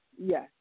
Yes